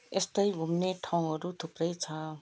यस्तै घुम्ने ठाउँहरू थुप्रै छ